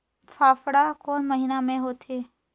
फाफण कोन महीना म होथे?